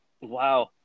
Wow